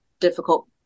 difficult